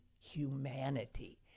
humanity